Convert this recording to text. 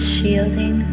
Shielding